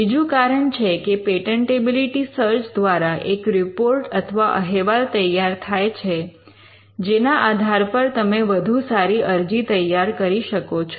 બીજું કારણ છે કે પેટન્ટેબિલિટી સર્ચ દ્વારા એક રિપોર્ટ અથવા અહેવાલ તૈયાર થાય છે જેના આધાર પર તમે વધુ સારી અરજી તૈયાર કરી શકો છો